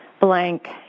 blank